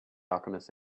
alchemist